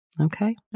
okay